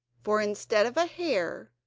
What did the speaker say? for, instead of a hare,